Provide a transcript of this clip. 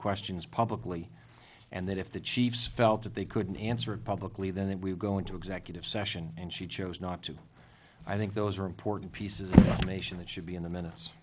questions publicly and that if the chiefs felt that they couldn't answer it publically then it would go into executive session and she chose not to i think those are important pieces of nation that should be in the m